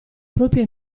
propria